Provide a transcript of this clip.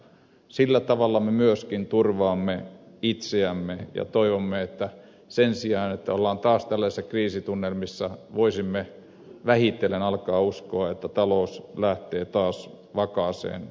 sillä tavalla me myöskin turvaamme itseämme ja toivomme että sen sijaan että ollaan taas tällaisissa kriisitunnelmissa voisimme vähiten alkaa uskoa että talous lähtee taas vakaaseen kasvusuuntaan